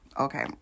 okay